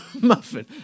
muffin